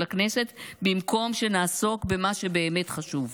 הכנסת במקום שנעסוק במה שבאמת חשוב.